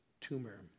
tumor